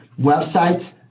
websites